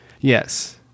Yes